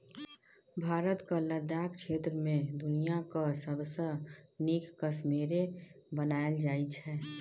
भारतक लद्दाख क्षेत्र मे दुनियाँक सबसँ नीक कश्मेरे बनाएल जाइ छै